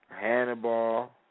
Hannibal